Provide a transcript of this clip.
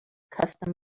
custom